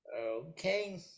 Okay